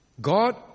God